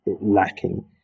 lacking